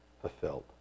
fulfilled